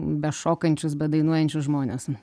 bešokančius bedainuojančius žmones